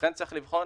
לכן צריך לבחון